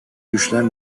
güçler